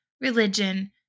religion